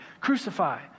Crucify